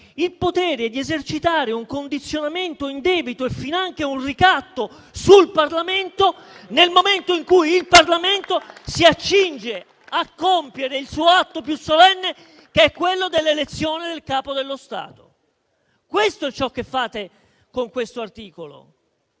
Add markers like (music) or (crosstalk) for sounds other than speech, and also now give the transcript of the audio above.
il potere di esercitare un condizionamento indebito e finanche un ricatto sul Parlamento nel momento in cui il Parlamento si accinge a compiere il suo atto più solenne, che è l'elezione del Capo dello Stato. (applause) Questo è ciò che fate con questo articolo.